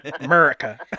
America